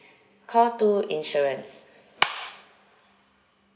call two insurance